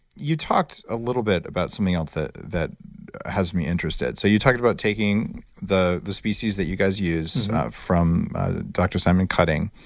you talked a little bit about something else ah that has me interested. so you talked about taking the the species that you guys use from dr simon cutting.